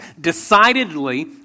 decidedly